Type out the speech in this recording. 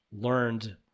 learned